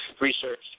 Research